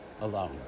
alone